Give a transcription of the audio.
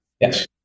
Yes